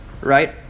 right